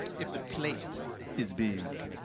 if the plate is big,